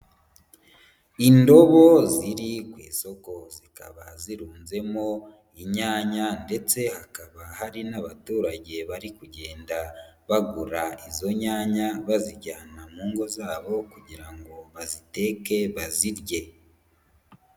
Indobo ziri ku isoko zikaba zirunzemo inyanya ndetse hakaba hari n'abaturage bari kugenda bagura izo nyanya bazijyana mu ngo zabo kugira ngo baziteke, bazirye.